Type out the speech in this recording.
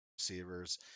receivers